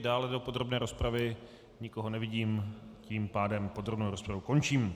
Dále do podrobné rozpravy nikoho nevidím, tím pádem podrobnou rozpravu končím.